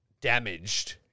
damaged